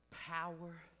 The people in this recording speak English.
power